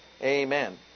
Amen